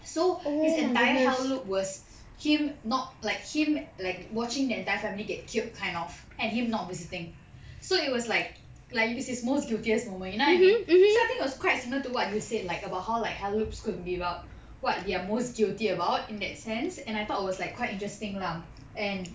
so his entire hell loop was him not like him like watching the entire family get killed kind of and him not visiting so it was like like it's his most guiltiest moment you know what I mean so I think it was quite similar to what you said like about how like hell loops could be about what we are most guilty about in that sense and I thought it was like quite interesting lah and